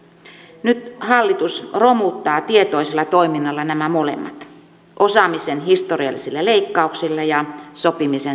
nyt hallitus romuttaa tietoisella toiminnalla nämä molemmat osaamisen historiallisilla leikkauksilla ja sopimisen sanelulla